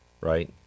right